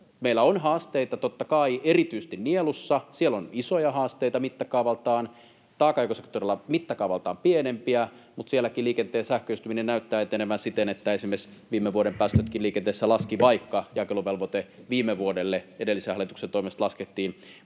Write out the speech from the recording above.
Meillä on haasteita totta kai erityisesti nielussa. Siellä on isoja haasteita mittakaavaltaan, taakanjakosektorilla mittakaavaltaan pienempiä, mutta sielläkin liikenteen sähköistyminen näyttää etenevän siten, että esimerkiksi viime vuoden päästötkin liikenteessä laskivat, vaikka jakeluvelvoite viime vuodelle edellisen hallituksen toimesta laskettiin.